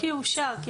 ברגע שהחוק יאושר.